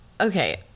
okay